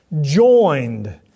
joined